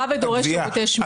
בא ודורש שירותי שמירה.